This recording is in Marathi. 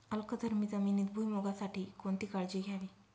अल्कधर्मी जमिनीत भुईमूगासाठी कोणती काळजी घ्यावी?